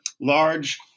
large